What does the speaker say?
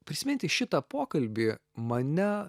prisiminti šitą pokalbį mane